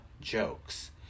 jokes